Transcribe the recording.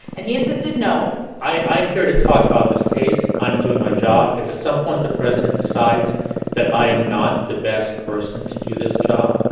and he insisted, no i am here to talk about this case. i'm doing my job. if at some point the president decides that i am not the best person to do this job,